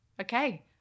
okay